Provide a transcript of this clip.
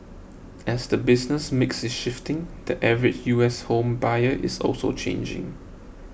as the business mix is shifting the average U S home buyer is also changing